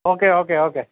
okay okay okay